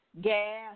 gas